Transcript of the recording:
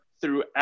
throughout